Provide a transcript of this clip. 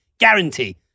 Guarantee